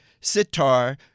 sitar